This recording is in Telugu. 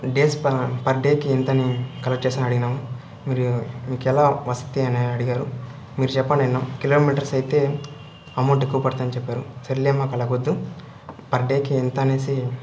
డేస్ పర్ పర్ డేకి ఇంత అని కలక్ట్ చేస్తారా అని అడిగినాను మీరు ఇంకెలా వసతి అని అడిగారు మీరుచెప్పాలి అన్నా కిలోమీటర్స్ అయితే అమౌంట్ ఎక్కువ పడుతుందని చెప్పారు సర్లే మాకు అలావద్దు పర్ డేకి ఇంత అని